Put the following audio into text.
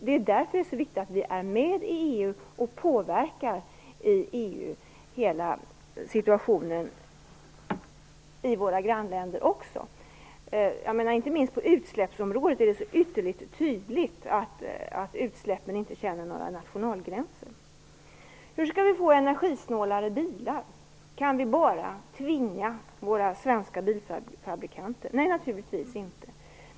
Det är därför det är så viktigt att vi är med i EU och påverkar situationen även i våra grannländer. Inte minst på det här området är det mycket tydligt att utsläppen inte känner några nationalstatsgränser. Hur skall vi få energisnålare bilar? Kan vi bara tvinga våra svenska bilfabrikanter? Nej, naturligtvis inte.